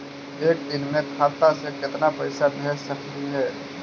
एक दिन में खाता से केतना पैसा भेज सकली हे?